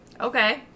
Okay